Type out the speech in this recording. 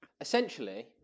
Essentially